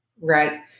Right